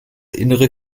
innere